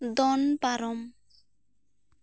ᱫᱚᱱ ᱯᱟᱨᱚᱢ